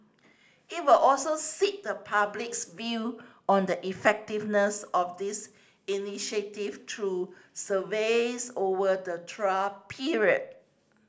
it will also seek the public's view on the effectiveness of this initiative through surveys over the trial period